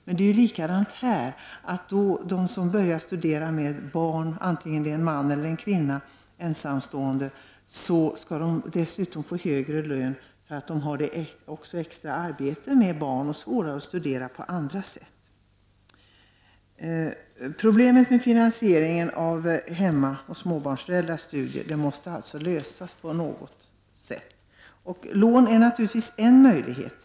Men vare sig det är en ensamstående man eller kvinna med barn, skall de dessutom få högre lön för att de har det extra arbetet med att ha barn och därmed svårare att klara studierna på annat sätt. Problemet med finansieringen av småbarnsföräldrarnas studier måste lösas på något sätt. Lån är naturligtvis en möjlighet.